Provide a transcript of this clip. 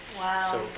wow